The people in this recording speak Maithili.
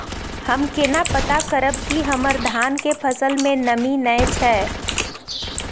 हम केना पता करब की हमर धान के फसल में नमी नय छै?